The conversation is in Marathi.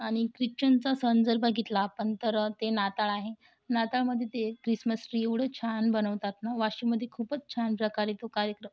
आणि ख्रिश्चनचा सण जर बघितला आपण तर ते नाताळ आहे नाताळमधे ते ख्रिसमस ट्री एवढं छान बनवतात ना वाशिममध्ये खूपच छान प्रकारे तो कार्यक्रम